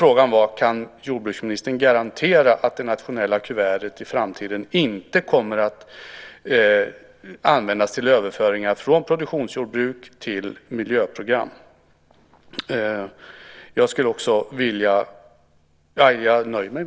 Frågan var om jordbruksministern kan garantera att det nationella kuvertet i framtiden inte kommer att användas till överföringar från produktionsjordbruk till miljöprogram.